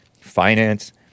finance